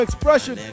Expression